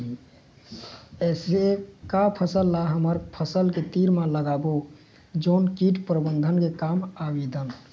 ऐसे का फसल ला हमर फसल के तीर मे लगाबो जोन कीट प्रबंधन के काम आवेदन?